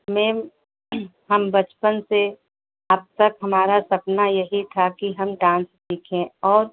ma'am हम बचपन से अब तक हमारा सपना यही था कि हम डान्स सीखें और